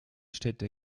städte